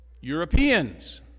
Europeans